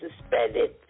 suspended